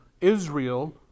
Israel